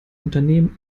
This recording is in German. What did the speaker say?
unternehmen